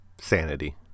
sanity